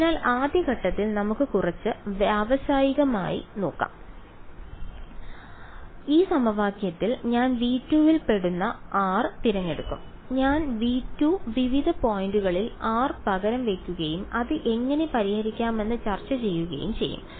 അതിനാൽ ആദ്യ ഘട്ടത്തിൽ നമുക്ക് കുറച്ച് വ്യവസ്ഥാപിതമായി നോക്കാം ഈ സമവാക്യത്തിൽ ഞാൻ V2 ൽ പെടുന്ന r തിരഞ്ഞെടുക്കും ഞാൻ V2 വിവിധ പോയിന്റുകളിൽ r പകരം വയ്ക്കുകയും അത് എങ്ങനെ പരിഹരിക്കാമെന്ന് ചർച്ച ചെയ്യുകയും ചെയ്യും